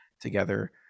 together